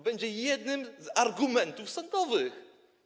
Będzie jednym z argumentów sądowych.